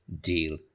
deal